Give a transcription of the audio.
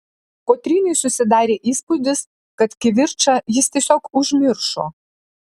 kotrynai susidarė įspūdis kad kivirčą jis tiesiog užmiršo